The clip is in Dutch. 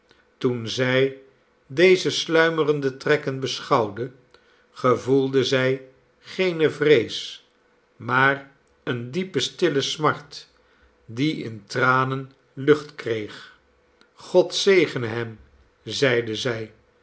toen zij deze sluimerende trekken beschouwde gevoelde zij geene vrees maar eene diepe stille smart die in tranen lucht kreeg god zegene hem zeide zij